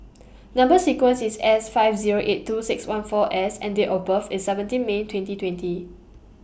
Number sequence IS S five Zero eight two six one four S and Date of birth IS seventeen May twenty twenty